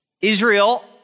Israel